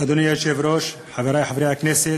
אדוני היושב-ראש, חברי חברי הכנסת,